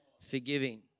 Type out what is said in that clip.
Forgiving